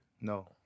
No